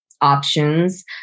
options